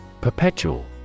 Perpetual